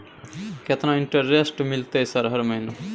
केतना इंटेरेस्ट मिलते सर हर महीना?